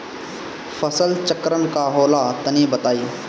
फसल चक्रण का होला तनि बताई?